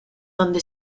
donde